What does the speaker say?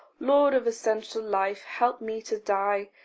lord of essential life, help me to die.